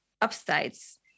upsides